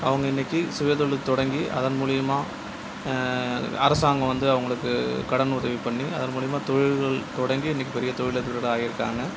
அவங்கள் இன்னைக்கு சுய தொழில் தொடங்கி அதன் மூலயமா அரசாங்கம் வந்து அவர்களுக்கு கடன் உதவி பண்ணி அதன் மூலயமா தொழில்கள் தொடங்கி இன்னைக்கு பெரிய தொழில் அதிபர்களாக ஆகியிருக்காங்க